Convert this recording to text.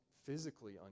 physically